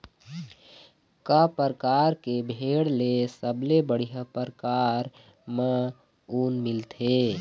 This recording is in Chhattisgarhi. का परकार के भेड़ ले सबले बढ़िया परकार म ऊन मिलथे?